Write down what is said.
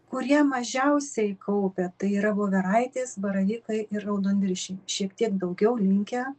kurie mažiausiai kaupia tai yra voveraitės baravykai ir raudonviršiai šiek tiek daugiau linkę